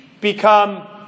become